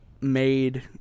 made